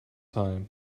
time